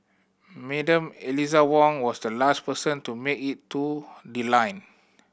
Madam Eliza Wong was the last person to make it to the line